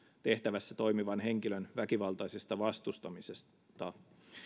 tehtävässä toimivan henkilön väkivaltaisesta vastustamisesta